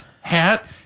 hat